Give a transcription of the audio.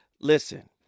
listen